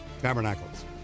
Tabernacles